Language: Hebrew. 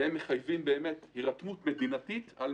והם מחייבים באמת הירתמות מדינתית על